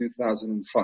2005